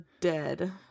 dead